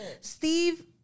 Steve